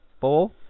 four